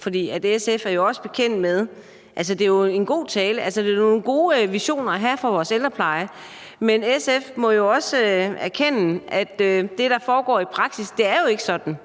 for SF er jo også bekendt med det. Det er en god tale. Det er nogle gode visioner at have for vores ældrepleje. Men SF må jo også erkende, at det, der foregår i praksis, ikke er sådan.